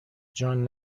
جان